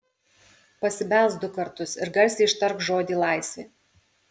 pasibelsk du kartus ir garsiai ištark žodį laisvė